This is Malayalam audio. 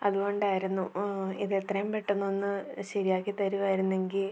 അതു കൊണ്ടായിരുന്നു ആ ഇതെത്രയും പെട്ടെന്നൊന്ന് ശരിയാക്കി തരുമായിരുന്നെങ്കിൽ